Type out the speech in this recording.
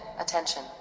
attention